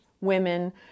women